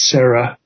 Sarah